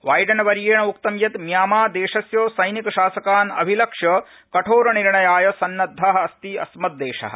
बाइडनवर्येण उक्तं यत् म्यामां देशस्य सक्रि शासकान् अभिलक्ष्य कठोरनिर्णयाय सन्नद्व अस्तिअस्मदेशः